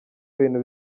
bintu